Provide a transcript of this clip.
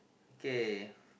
kay